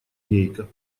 гейка